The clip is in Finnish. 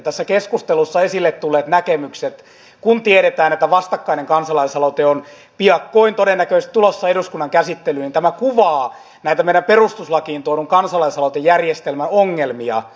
tässä keskustelussa esille tulleet näkemykset kun tiedetään että vastakkainen kansalaisaloite on piakkoin todennäköisesti tulossa eduskunnan käsittelyyn kuvaavat näitä meidän perustuslakiimme tuodun kansalaisaloitejärjestelmän ongelmia